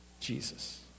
Jesus